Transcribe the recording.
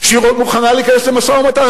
שהיא מוכנה להיכנס למשא-ומתן.